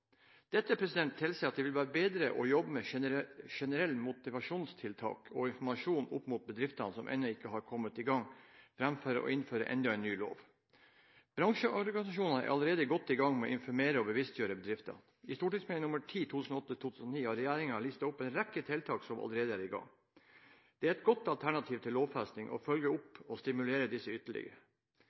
tilsier at det vil være bedre å jobbe med generelle motivasjonstiltak og informasjon opp mot bedrifter som ennå ikke har kommet i gang, enn å innføre enda en ny lov. Bransjeorganisasjonene er allerede godt i gang med å informere og bevisstgjøre bedriftene. I St.meld. nr. 10 for 2008–2009 har regjeringen listet opp en rekke tiltak som allerede er i gang. Det er et godt alternativ til lovfesting å følge opp og stimulere disse ytterligere.